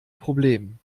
problem